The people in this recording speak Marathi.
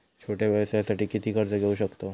छोट्या व्यवसायासाठी किती कर्ज घेऊ शकतव?